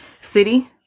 city